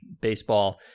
baseball